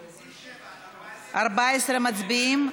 סעיף 7, על 14. על 14 מצביעים?